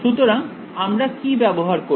সুতরাং আমরা কি ব্যবহার করিনি